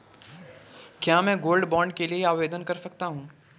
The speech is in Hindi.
क्या मैं गोल्ड बॉन्ड के लिए आवेदन कर सकता हूं?